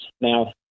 now